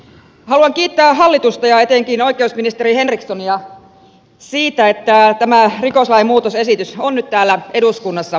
haluan kiittää hallitusta ja etenkin oikeusministeri henrikssonia siitä että tämä rikoslain muutosesitys on nyt täällä eduskunnassa käsittelyssä